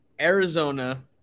Arizona